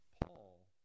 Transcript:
Paul